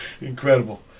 Incredible